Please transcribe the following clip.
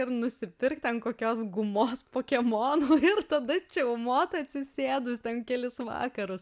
ir nusipirkt ten kokios gumos pokemonų ir tada čiaumot atsisėdus ten kelis vakarus